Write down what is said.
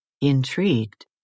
Intrigued